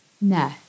No